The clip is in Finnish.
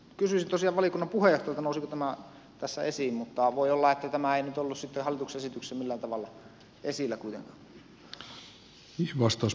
kysyisin tosiaan valiokunnan puheenjohtajalta nousiko tämä tässä esiin mutta voi olla että tämä ei nyt ollut sitten hallituksen esityksessä millään tavalla esillä kuitenkaan